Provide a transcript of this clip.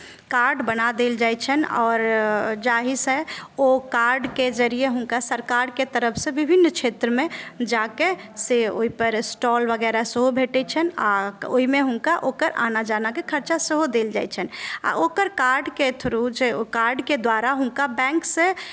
card बना देल जाइ छनि आओर जाहिसँ ओ कार्डकेँ जरिये हुनका सरकारके तरफसे विभिन्न क्षेत्रमे जाकेँ से ओहिपर स्टोल वगैरह सेहो भेटै छनि आ ओहिमे हुनका ओकर आना जानाकेँ खर्चा सेहो देल जाइ छनि आ ओकर कार्ड के थ्रु ओकर कार्ड के द्वारा हुनका बैंक से